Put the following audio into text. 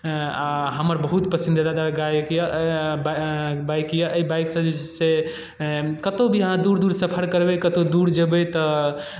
हमर बहुत पसंदीदा गाड़ी यए बाइक यए एहि बाइकसँ जे छै से कतहु भी अहाँ दूर दूर सफर करबै कतहु दूर जेबै तऽ